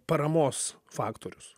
paramos faktorius